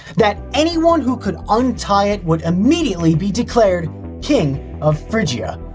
that anyone who could untie it would immediately be declared king of phrygia.